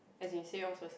as in say yours first